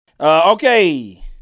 Okay